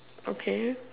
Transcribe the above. okay